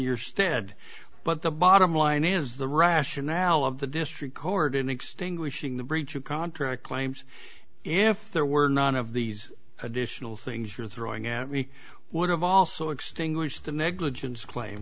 your stead but the bottom line is the rationale of the district court in extinguishing the breach of contract claims if there were none of these additional things you're throwing at me would have also extinguished the negligence claim